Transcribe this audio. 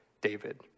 David